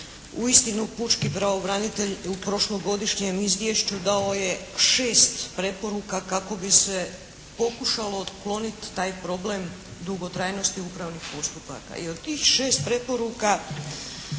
uistinu pučki pravobranitelj u prošlogodišnjem izvješću dao je šest preporuka kako bi se pokušalo otkloniti taj problem dugotrajnosti upravnih postupaka